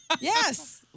Yes